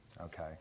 Okay